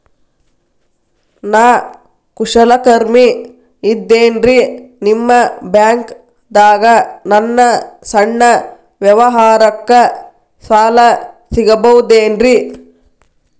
ನಾ ಕುಶಲಕರ್ಮಿ ಇದ್ದೇನ್ರಿ ನಿಮ್ಮ ಬ್ಯಾಂಕ್ ದಾಗ ನನ್ನ ಸಣ್ಣ ವ್ಯವಹಾರಕ್ಕ ಸಾಲ ಸಿಗಬಹುದೇನ್ರಿ?